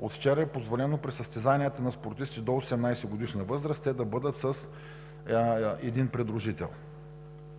От вчера е позволено при състезания спортисти до 18-годишна възраст да бъдат с един придружител.